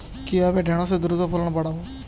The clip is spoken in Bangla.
কিভাবে ঢেঁড়সের দ্রুত ফলন বাড়াব?